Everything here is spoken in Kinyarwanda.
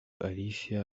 alicia